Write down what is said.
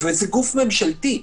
זה גוף ממשלתי.